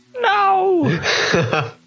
No